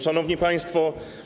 Szanowni Państwo!